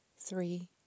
three